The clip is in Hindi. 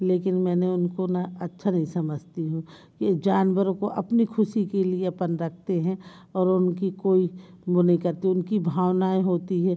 लेकिन मैंने उनको ना अच्छा नहीं समझती हूँ ये जानवरों को अपनी ख़ुशी के लिए अपन रखते हैं और उनकी कोई वो नहीं करते उनकी भावनाएँ होती है